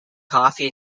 coffee